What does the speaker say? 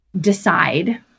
decide